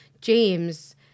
James